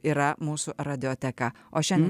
yra mūsų radioteka o šiandien